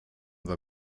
war